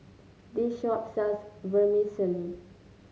this shop sells Vermicelli